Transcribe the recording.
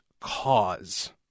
cause